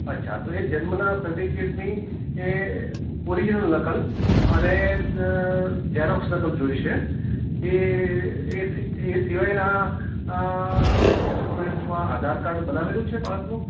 અચ્છા તો એ જન્મના સર્ટિફિકેટની એ ઓરિજિનલ નકલ અને ઝેરોક્ષ નકલ જોઈશે એ એ સિવાયના ડોક્યુમેન્ટ્સમાં આધારકાર્ડ બનાવેલું છે બાળકનું